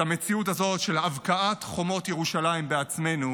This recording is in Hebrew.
את המציאות הזאת של הבקעת חומות ירושלים בעצמנו